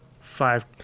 five